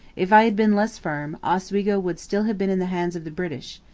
if i been less firm, oswego would still have been in the hands of the british.